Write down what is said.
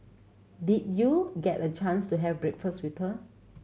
did you get a chance to have breakfast with her